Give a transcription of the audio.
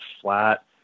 flat